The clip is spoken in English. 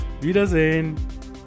Wiedersehen